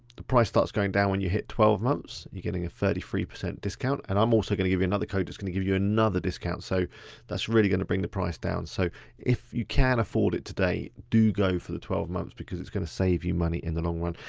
the price starts going down when you hit twelve months. you're getting a thirty three percent discount and i'm also gonna give you another code that's gonna give you another discount so that's really gonna bring the price down. so if you can afford it today, do go for the twelve months because it's gonna save you money in the long run.